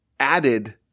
added